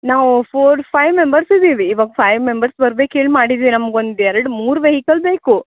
ನಾವು four five members ಇದೀವಿ ಇವಾಗ ಫೈ ಮೆಂಬರ್ಸ್ ಬರ್ಬೆಕೇಳಿ ಮಾಡಿದೆ ನಮ್ಗೆ ಒಂದು ಎರಡು ಮೂರು ವೆಹಿಕಲ್ ಬೇಕು